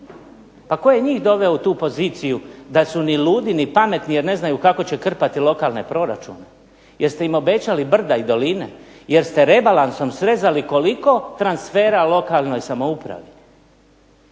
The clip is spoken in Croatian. Pa tko je njih doveo u tu poziciju da su ni ludi ni pametni jer ne znaju kako će krpati lokalni proračun, jer ste im obećali brda i doline, jer ste rebalansom srezali koliko transfera lokalnoj samoupravi.